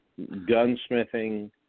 gunsmithing